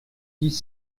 dix